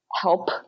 help